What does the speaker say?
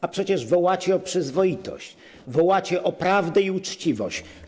A przecież wołacie o przyzwoitość, wołacie o prawdę i uczciwość.